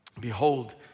Behold